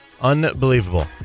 Unbelievable